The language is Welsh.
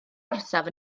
orsaf